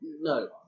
No